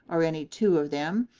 or any two of them,